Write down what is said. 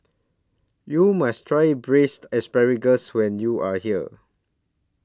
YOU must Try Braised Asparagus when YOU Are here